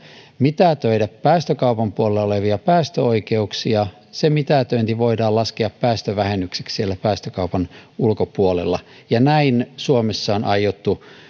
mitätöidä päästökaupan puolella olevia päästöoikeuksia se mitätöinti voidaan laskea päästövähennykseksi siellä päästökaupan ulkopuolella näin suomessa on aiottu